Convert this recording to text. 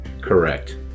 Correct